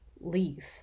leave